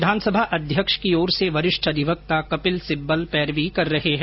विधानसभा अध्यक्ष की ओर से वरिष्ठ अधिवक्ता कपिल सिब्बल पैरवी कर रहे हैं